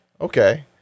Okay